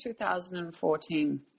2014